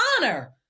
honor